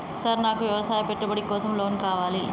Sir నాకు వ్యవసాయ పెట్టుబడి కోసం లోన్ కావాలి?